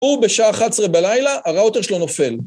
ובשעה 11 בלילה הראוטר שלו נופל.